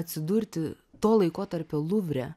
atsidurti to laikotarpio luvre